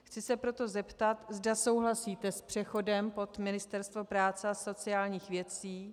Chci se proto zeptat, zda souhlasíte s přechodem pod Ministerstvo práce a sociálních věcí.